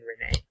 Renee